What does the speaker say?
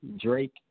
Drake